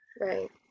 right